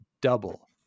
double